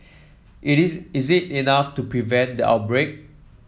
it is is it enough to prevent the outbreak